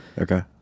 Okay